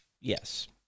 Yes